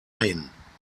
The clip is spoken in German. hin